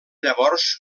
llavors